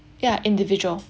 yeah individual